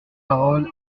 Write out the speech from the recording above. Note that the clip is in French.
parole